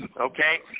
Okay